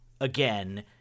again